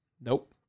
Nope